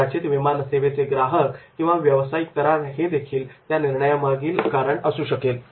कदाचित विमानसेवेचे ग्राहक किंवा व्यावसायिक करार हे देखील त्या निर्णयामागील कारण असू शकेल